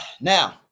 Now